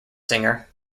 singer